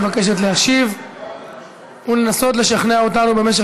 מבקשת להשיב ולנסות לשכנע אותנו במשך